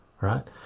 right